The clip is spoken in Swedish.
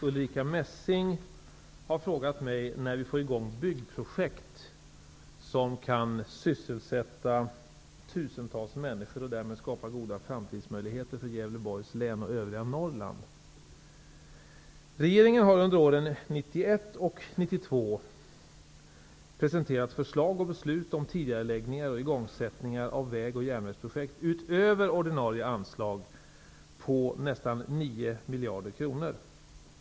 Ulrica Messing har frågat mig när vi får i gång byggprojekt som kan sysselsätta tusentals människor och därmed skapa goda framtidsmöjligheter för Gävleborgs län och övriga Regeringen har under åren 1991 och 1992 presenterat förslag och beslut om tidigareläggningar och igångsättningar av väg och järnvägsprojekt utöver ordinarie anslag om nästan 9 miljarder kronor.